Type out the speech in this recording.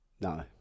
No